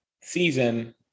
season